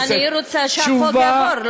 אני רוצה שהחוק יעבור,